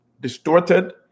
distorted